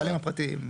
הבעלים הפרטיים.